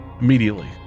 immediately